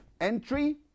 entry